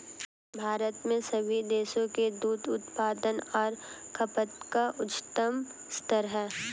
भारत में सभी देशों के दूध उत्पादन और खपत का उच्चतम स्तर है